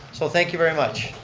so thank you very much.